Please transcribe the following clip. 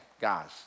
guys